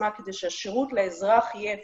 שהשירות לאזרח יהיה אפקטיבי,